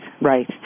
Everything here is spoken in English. right